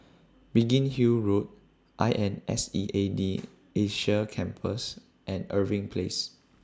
Biggin Hill Road I N S E A D Asia Campus and Irving Place